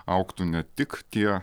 augtų ne tik tie